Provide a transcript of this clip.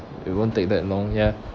it won't take that long ya